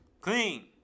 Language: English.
Clean